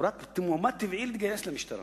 הוא רק מועמד טבעי להתגייס למשטרה.